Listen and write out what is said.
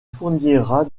fournira